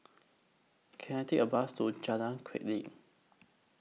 Can I Take A Bus to Jalan Chulek